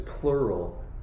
plural